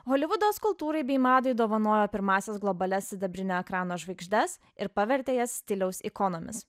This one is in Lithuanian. holivudas kultūrai bei madai dovanojo pirmąsias globalias sidabrinio ekrano žvaigždes ir pavertė jas stiliaus ikonomis